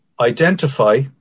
identify